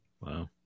Wow